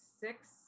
six